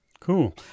Cool